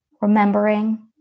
remembering